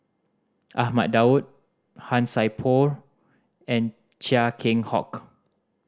Ahmad Daud Han Sai Por and Chia Keng Hock